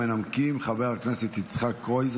המחלקה המשפטית אומרת חוקה.